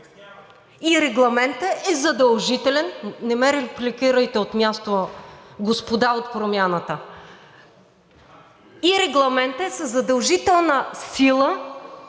И регламентът е задължителен, не ме репликирайте от място, господа от Промяната. И регламентът е със задължителна сила